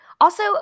Also-